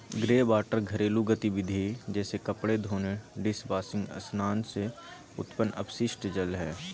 greywater घरेलू गतिविधिय जैसे कपड़े धोने, डिशवाशिंग स्नान से उत्पन्न अपशिष्ट जल हइ